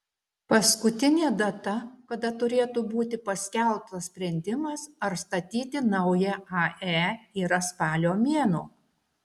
paskutinė data kada turėtų būti paskelbtas sprendimas ar statyti naują ae yra spalio mėnuo